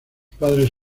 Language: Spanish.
padres